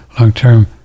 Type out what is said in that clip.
Long-term